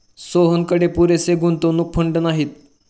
सोहनकडे पुरेसे गुंतवणूक फंड नाहीत